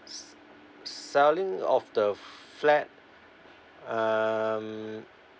selling of the flat um